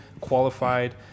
qualified